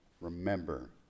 Remember